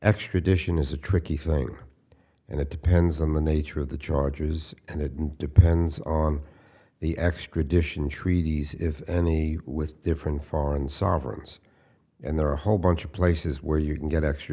extradition is a tricky thing and it depends on the nature of the chargers and it depends on the extradition treaties if any with different foreign sovereigns and there are a whole bunch of places where you can get extra